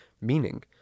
meaning